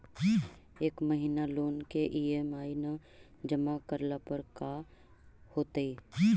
एक महिना लोन के ई.एम.आई न जमा करला पर का होतइ?